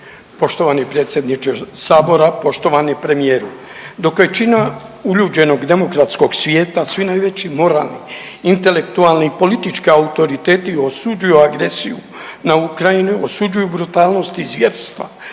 Poštovani predsjedniče Sabora, poštovani premijeru. Dok većina uljuđenog demokratskog svijeta, svi najveći moralni, intelektualni, politički autoriteti osuđuju agresiju na Ukrajinu, osuđuju brutalnosti zvjerstva